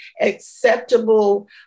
acceptable